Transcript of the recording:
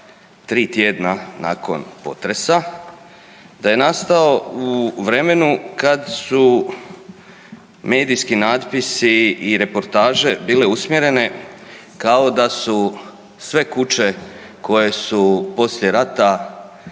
tri tjedna nakon potresa, da je nastao u vremenu kad su medijski natpisi i reportaže bile usmjerene kao da su sve kuće koje su poslije rata